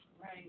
Right